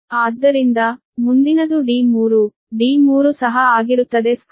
ಆದ್ದರಿಂದ ಮುಂದಿನದು d3 d3 ಸಹ ಆಗಿರುತ್ತದೆ 827